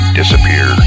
disappear